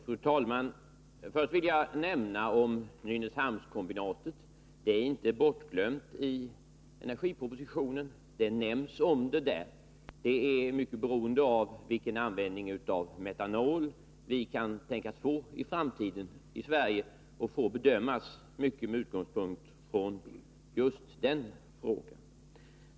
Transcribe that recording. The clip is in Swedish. Fru talman! Först vill jag säga om Nynäshamnskombinatet att det inte är bortglömt i energipropositionen, utan omnämns där. Det är mycket beroende av vilken användning av metanol vi kan tänkas få i framtiden i Sverige och får bedömas mycket med utgångspunkt från just den frågan.